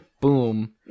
Boom